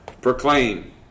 proclaim